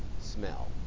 smell